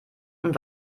und